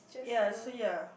ya so ya